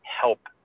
help